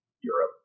Europe